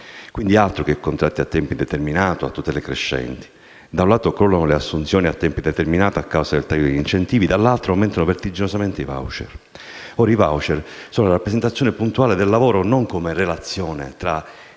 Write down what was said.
Quindi, altro che contratti a tempo indeterminato a tutele crescenti! Da un lato, crollano le assunzioni a tempo indeterminato, a causa del taglio degli incentivi, dall'altro aumenta vertiginosamente il numero dei *voucher*. Essi sono la rappresentazione puntuale del lavoro non come relazione tra